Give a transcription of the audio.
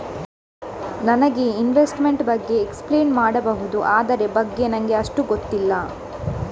ನನಗೆ ಇನ್ವೆಸ್ಟ್ಮೆಂಟ್ ಬಗ್ಗೆ ಎಕ್ಸ್ಪ್ಲೈನ್ ಮಾಡಬಹುದು, ಅದರ ಬಗ್ಗೆ ನನಗೆ ಅಷ್ಟು ಗೊತ್ತಿಲ್ಲ?